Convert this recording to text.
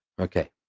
Okay